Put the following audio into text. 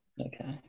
Okay